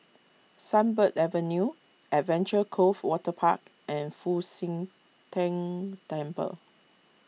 Sunbird Avenue Adventure Cove Waterpark and Fu Xi Tang Temple